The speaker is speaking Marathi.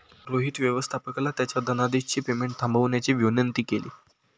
रोहित व्यवस्थापकाला त्याच्या धनादेशचे पेमेंट थांबवण्याची विनंती केली